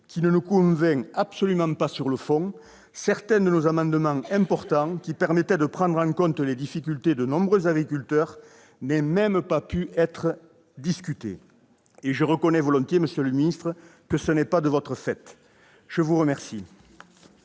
qui ne nous convainc absolument pas sur le fond, certains de nos amendements, pourtant importants, car ils permettaient de prendre en compte les problèmes de nombreux agriculteurs, n'aient même pas pu être discutés. Et je reconnais volontiers, monsieur le ministre, que ce n'est pas de votre fait. La parole